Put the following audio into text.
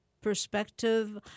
perspective